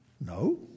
no